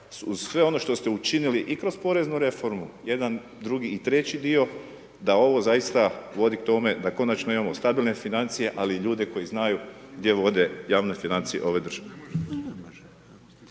sve ono što ste učinili i kroz poreznu reformu jedan, drugi i treći dio da ovo zaista voditi k tome da konačno imamo stabilne financije, ali i ljude koji znaju gdje vode javne financije ove države.